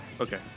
Okay